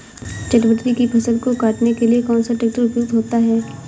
चटवटरी की फसल को काटने के लिए कौन सा ट्रैक्टर उपयुक्त होता है?